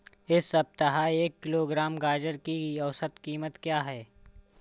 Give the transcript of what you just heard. इस सप्ताह एक किलोग्राम गाजर की औसत कीमत क्या है?